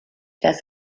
das